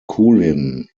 cooling